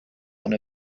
one